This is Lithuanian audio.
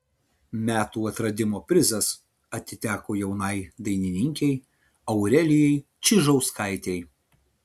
metų atradimo prizas atiteko jaunai dainininkei aurelijai čižauskaitei